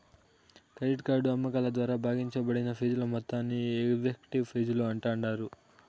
credit card అమ్మకాల ద్వారా భాగించబడిన ఫీజుల మొత్తాన్ని ఎఫెక్టివ్ ఫీజులు అంటాండారు